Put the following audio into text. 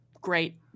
great